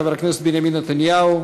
חבר הכנסת בנימין נתניהו,